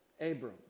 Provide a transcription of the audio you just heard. Abram